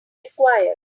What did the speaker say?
required